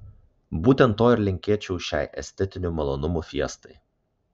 būtent to ir linkėčiau šiai estetinių malonumų fiestai